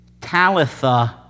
Talitha